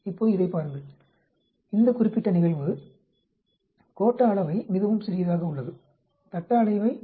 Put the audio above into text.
இப்போது இதைப் பாருங்கள் இந்த குறிப்பிட்ட நிகழ்வு கோட்ட அளவை மிகவும் சிறியதாக உள்ளது தட்டை அளவை 2